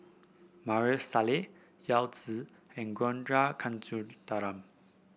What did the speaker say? Maarof Salleh Yao Zi and Ragunathar Kanagasuntheram